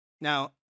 Now